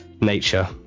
nature